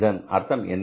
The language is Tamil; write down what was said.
இதன் அர்த்தம் என்ன